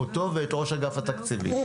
אותו ואת ראש אגף התקציבים.